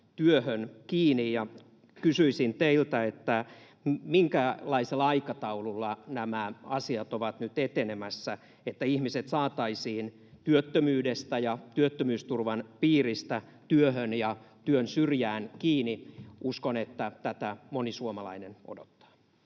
Kysyisin teiltä, minkälaisella aikataululla nämä asiat ovat nyt etenemässä, että ihmiset saataisiin työttömyydestä ja työttömyysturvan piiristä työhön ja työn syrjään kiinni? Uskon, että tätä moni suomalainen odottaa.